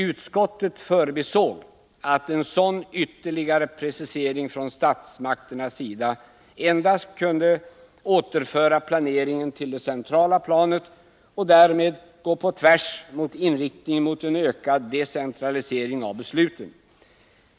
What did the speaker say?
Utskottet förbisåg att en sådan ytterligare precisering från statsmakternas sida endast kunde återföra planeringen till det centrala planet och därmed gå på tvärs mot inriktningen mot en ökad decentralisering av besluten.